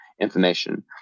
information